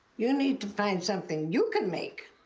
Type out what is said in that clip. you need to find something you can make.